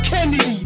Kennedy